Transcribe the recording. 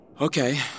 Okay